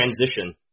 transition